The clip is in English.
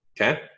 okay